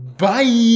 Bye